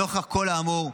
נוכח כל האמור,